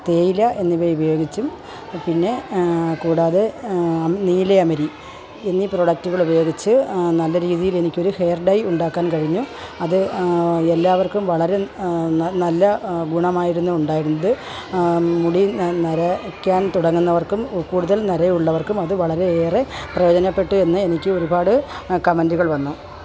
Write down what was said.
തേയില എന്നിവ ഉപയോഗിച്ചും പിന്നെ കൂടാതെ നീലയമരി എന്നീ പ്രൊഡക്റ്റുകൾ ഉപയോഗിച്ച് നല്ല രീതിയിൽ എനിക്കൊരു ഹെയർ ഡൈ ഉണ്ടാക്കാൻ കഴിഞ്ഞു അത് എല്ലാവർക്കും വളരെ നല്ല ഗുണമായിരുന്നു ഉണ്ടായിരുന്നത് മുടിയും നരയ്ക്കാൻ തുടങ്ങുന്നവർക്കും കൂടുതൽ നര ഉള്ളവർക്കും അത് വളരെ ഏറെ പ്രയോജനപ്പെട്ടു എന്ന് എനിക്ക് ഒരുപാട് കമ്മൻറ്റുകൾ വന്നു